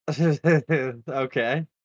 Okay